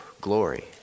glory